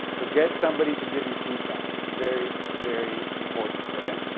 so, get somebody to give you feedback. it's very, very important, okay?